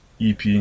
EP